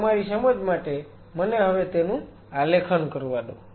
તો તમારી સમજ માટે મને હવે તેનું આલેખન કરવા દો